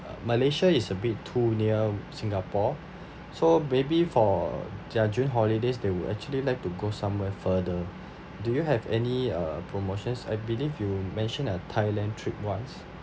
uh malaysia is a bit too near singapore so maybe for their june holidays they would actually like to go somewhere further do you have any uh promotions I believe you mentioned a thailand trip ones